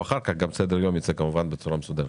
אחריו וגם סדר היום ייצא בצורה מסודרת.